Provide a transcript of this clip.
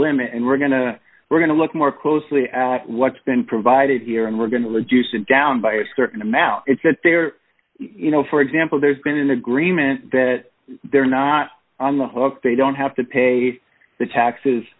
limit and we're going to we're going to look more closely at what's been provided here and we're going to reduce it down by a certain amount it's that there you know for example there's been an agreement that they're not on the hook they don't have to pay the taxes